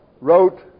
wrote